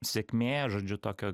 sėkmė žodžiu tokio